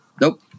Nope